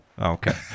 Okay